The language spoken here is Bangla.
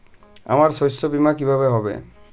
আমার শস্য বীমা কিভাবে হবে?